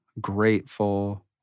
grateful